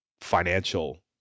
financial